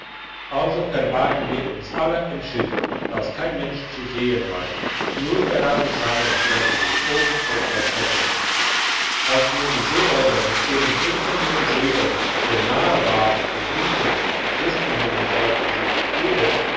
also verbargen wir uns alle im schiff dass kein mensch zu sehen war nur der ragusaner stellte sich oben auf das verdeck als nun die seeräuber mit ihren blinkenden säbeln schon nahe waren und riefen die christenhunde sollten sich ergeben